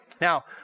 Now